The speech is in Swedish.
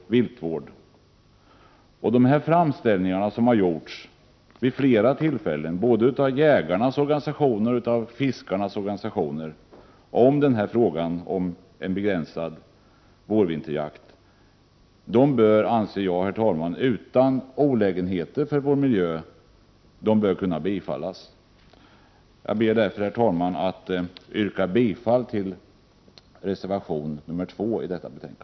De framställningar som vid flera tillfällen gjorts av jägarnas och fiskarnas organisationer om den här frågan bör utan olägenheter för vår miljö kunna bifallas. Herr talman! Jag yrkar bifall till reservation 2 till detta betänkande.